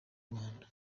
rwanda